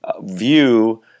view